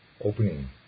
opening